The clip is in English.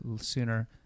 sooner